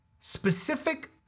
specific